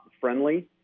friendly